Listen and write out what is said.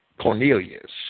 Cornelius